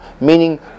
meaning